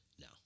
no